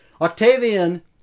Octavian